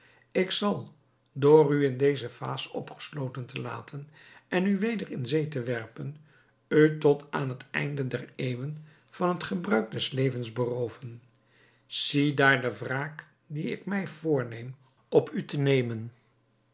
ik zal door u in deze vaas opgesloten te laten en u weder in zee te werpen u tot aan het einde der eeuwen van het gebruik des levens berooven ziedaar de wraak die ik mij voorneem op u te nemen